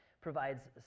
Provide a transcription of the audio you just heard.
provides